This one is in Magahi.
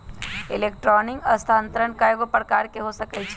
इलेक्ट्रॉनिक स्थानान्तरण कएगो प्रकार के हो सकइ छै